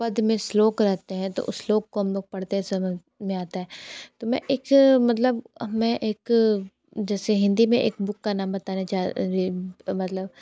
पद्य में श्लोक रहते हैं तो उस श्लोक को हम लोग पढ़ते समझ में आता है तो मैं एक मतलब मैं एक जैसे हिंदी में एक बुक का नाम बताने जा मतलब